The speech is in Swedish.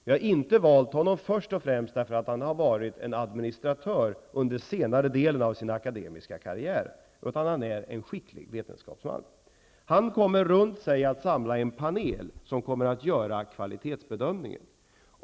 Jag har inte valt honom först och främst därför att han har varit en administratör under senare delen av sin akademiska karriär, utan därför att han är en skicklig vetenskapsman. Han kommer att samla en panel runt sig, som skall göra kvalitetsbedömningen.